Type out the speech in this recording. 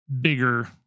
bigger